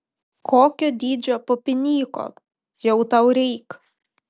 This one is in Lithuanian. kokio dydžio papinyko jau tau reik